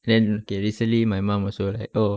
then okay recently my mum also like oh